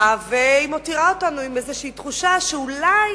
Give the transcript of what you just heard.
היא מותירה אותנו עם איזה תחושה שאולי